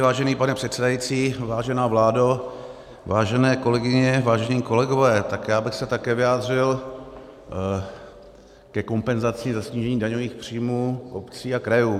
Vážený pane předsedající, vážená vládo, vážené kolegyně, vážení kolegové, já bych se také vyjádřil ke kompenzacím za snížení daňových příjmů obcí a krajů.